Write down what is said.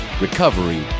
recovery